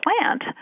plant